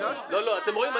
אתם רואים,